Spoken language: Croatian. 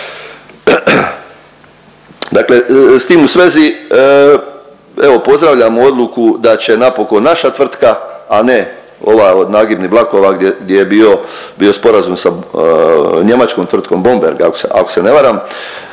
Dakle, s tim u svezi evo pozdravljam odluku da će napokon naša tvrtka a ne ova od nagibnih vlakova gdje je bio sporazum sa njemačkom tvrtkom Bomberg ako se ne varam,